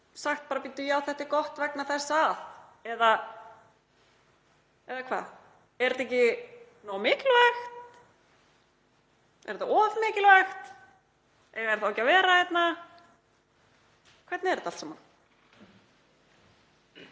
sagt: Bíddu, já, þetta er gott vegna þess að … Eða hvað? Er þetta ekki nógu mikilvægt? Er þetta of mikilvægt? Eiga þeir þá ekki að vera hérna? Hvernig er þetta allt saman?